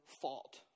fault